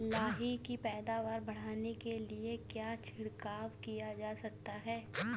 लाही की पैदावार बढ़ाने के लिए क्या छिड़काव किया जा सकता है?